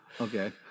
Okay